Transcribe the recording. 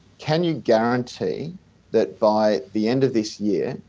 can you guarantee that by the end of this year,